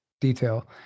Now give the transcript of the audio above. detail